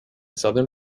southern